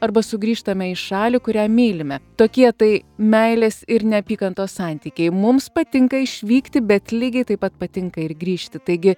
arba sugrįžtame į šalį kurią mylime tokie tai meilės ir neapykantos santykiai mums patinka išvykti bet lygiai taip pat patinka ir grįžti taigi